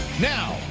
Now